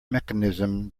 mechanism